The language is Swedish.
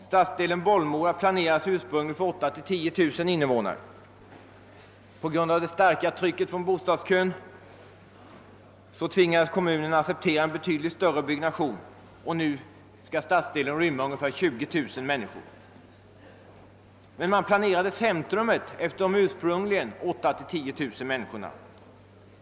Stadsdelen Bollmora planerades ursprungligen för 8 000— 10 000 invånare. På grund av det starka trycket från bostadskön tvingades emellertid kommunen acceptera en betydligt större byggnation, och nu skall stadsdelen rymma ungefär 20000 människor. Men man planerade Bolimora centrum för de ursprungligen tänkta 3 000—10 000 människorna.